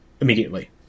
immediately